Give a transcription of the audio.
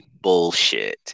bullshit